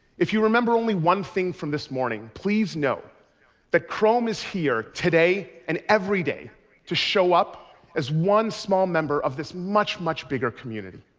if you remember only one thing from this morning, please note that chrome is here today and every day to show up as one small member of this much, much bigger community.